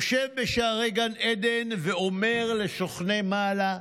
יושב בשערי גן עדן ואומר לשוכני מעלה,